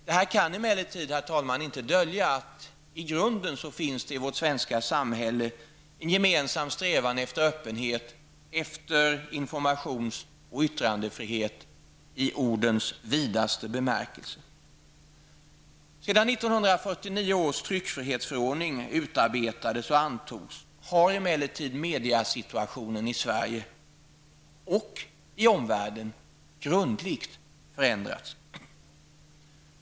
Detta kan emellertid inte dölja att det i grunden i vårt svenska samhälle finns en gemensam strävan efter öppenhet, informations och yttrandefrihet i ordens vidaste bemärkelse. Sedan 1949 års tryckfrihetsförordning utarbetades och antogs har dock mediesituationen i Sverige och i omvärlden grundligt förändrats.